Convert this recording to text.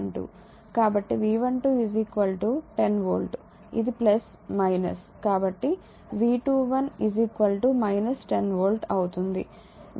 కాబట్టి V12 10 volt ఇది కాబట్టి V21 10 వోల్ట్ అవుతుంది